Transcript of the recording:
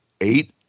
eight